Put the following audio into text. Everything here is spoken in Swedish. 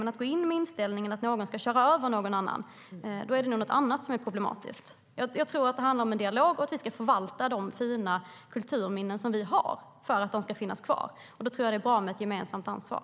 Men om man går in med inställningen att någon ska köra över någon annan är det nog något annat som är problematiskt. Jag tror att det handlar om en dialog och att vi ska förvalta de fina kulturminnen som vi har för att de ska finnas kvar. Då är det bra med ett gemensamt ansvar.